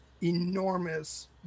enormous